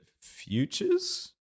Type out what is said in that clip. Futures